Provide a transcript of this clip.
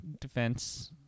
defense